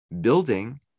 building